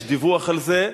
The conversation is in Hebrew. יש דיווח על זה.